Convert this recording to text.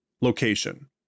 Location